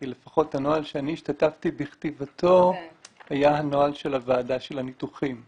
כי לפחות הנוהל שאני השתתפתי בכתיבתו היה הנוהל של הוועדה של הניתוחים.